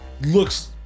looks